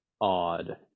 odd